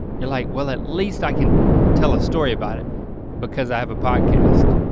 you're like, well, at least i can tell a story about it because i have a podcast.